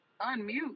unmute